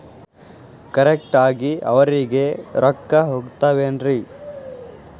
Correct ಆಗಿ ಅವರಿಗೆ ರೊಕ್ಕ ಹೋಗ್ತಾವೇನ್ರಿ?